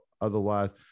otherwise